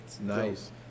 Nice